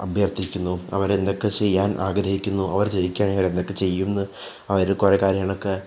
അഭ്യർഥിക്കുന്നു അവരെന്തൊക്കെ ചെയ്യാൻ ആഗ്രഹിക്കുന്നു അവർ ജയിക്കാൻ അവരെന്തൊക്കെ ചെയ്യുന്നു അവര് കുറേ കാര്യങ്ങളൊക്കെ